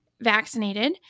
vaccinated